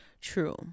true